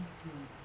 mm